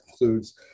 includes